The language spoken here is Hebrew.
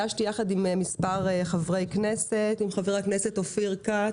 אשר הוגשה על ידי יחד עם חבר הכנסת אופיר כץ,